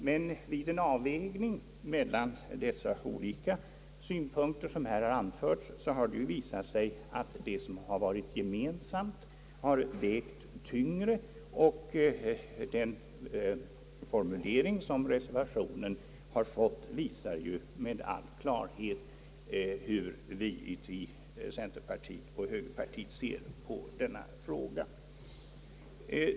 Men vid en avvägning mellan dessa olika synpunkter har det visat sig, att det som har varit gemensamt har vägt tyngst. Den formulering som reservationen har fått visar med all klarhet hur vi inom centerpartiet och högerpartiet ser på denna fråga.